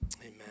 Amen